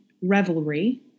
Revelry